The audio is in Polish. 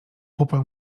pupa